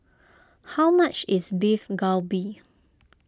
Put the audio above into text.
how much is Beef Galbi